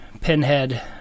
Pinhead